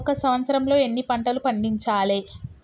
ఒక సంవత్సరంలో ఎన్ని పంటలు పండించాలే?